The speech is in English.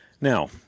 Now